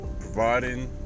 providing